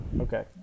Okay